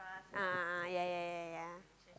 a'ah a'ah yea yea yea yea